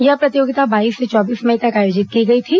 यह प्रतियोगिता बाईस से चौबीस मई तक आयोजित की गई थी